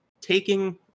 taking